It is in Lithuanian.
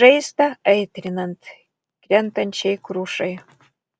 žaizdą aitrinant krentančiai krušai